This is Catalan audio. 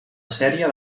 sèrie